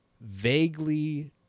vaguely